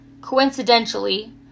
Coincidentally